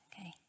Okay